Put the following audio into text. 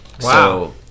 Wow